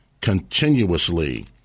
continuously